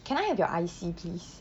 can I have your I_C please